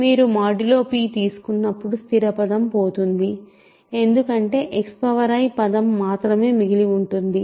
మీరు modulo p తీసుకున్నప్పుడు స్థిర పదం పోతుంది ఎందుకంటే xi పదం మాత్రమే మిగిలి ఉంటుంది